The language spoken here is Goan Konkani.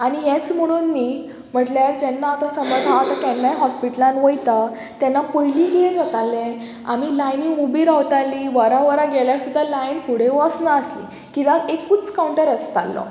आनी हेंच म्हणून न्ही म्हटल्यार जेन्ना आतां समज हांव आतां केन्नाय हॉस्पिटलान वयतां तेन्ना पयलीं कितें जातालें आमी लायनी उबी रावतालीं वरां वरां गेल्यार सुद्दां लायन फुडें वचनासलीं किद्याक एकूच कावंटर आसतालो